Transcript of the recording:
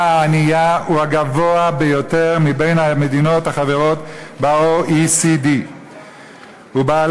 הענייה הוא הגבוה ביותר מבין המדינות החברות ב-OECD ובעלת